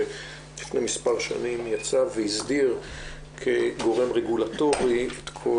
שיצא לפני מספר שנים והסדיר כגורם רגולטורי את כל